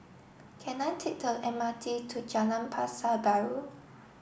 can I take the M R T to Jalan Pasar Baru